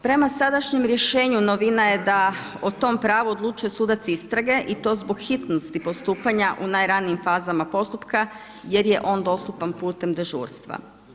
Prema sadašnjem rješenju novina je da o tom pravu odlučuje sudac istrage i to zbog hitnosti postupanja u najranijim fazama postupka jer je on dostupan putem dežurstva.